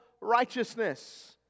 righteousness